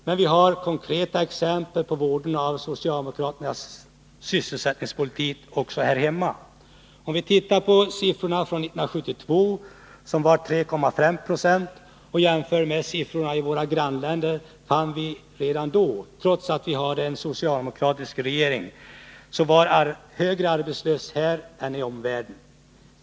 Men vi har konkreta exempel på vådorna av socialdemokratisk sysselsättningspolitik också här hemma. Om vi ser på siffrorna från 1972, då arbetslösheten var 3,5 26, och jämför dem med siffrorna i våra grannländer, finner vi att det redan då, trots att vi hade en socialdemokratisk regering, var högre arbetslöshet här än i omvärlden.